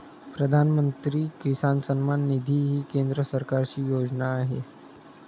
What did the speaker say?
प्रधानमंत्री किसान सन्मान निधी ही केंद्र सरकारची योजना आहे